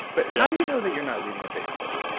but how do you know that you're not leading a big cult?